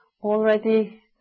already